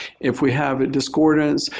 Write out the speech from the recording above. if we have discordance,